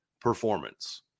performance